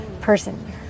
person